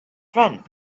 friend